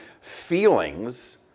feelings